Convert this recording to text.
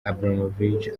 abramovich